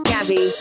Gabby